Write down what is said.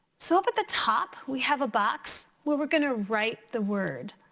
so up at the top we have a box where we're gonna write the word.